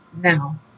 now